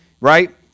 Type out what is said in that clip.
right